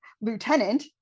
lieutenant